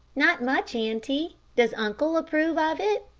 not much, auntie. does uncle approve of it?